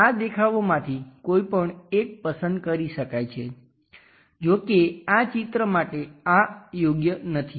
આ દેખાવોમાંથી કોઈ પણ એક પસંદ કરી શકાય છે જો કે આ ચિત્ર માટે આ યોગ્ય નથી